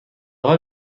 حال